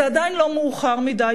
זה עדיין לא מאוחר מדי,